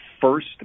first